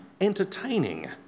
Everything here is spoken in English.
entertaining